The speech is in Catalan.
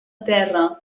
terra